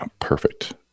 Perfect